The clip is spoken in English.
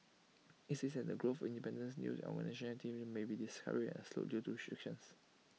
IT is said that the growth of independent news and organised activism may be discouraged and slowed due to restrictions